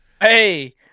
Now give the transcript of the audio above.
Hey